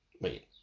Wait